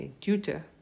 tutor